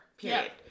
Period